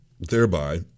thereby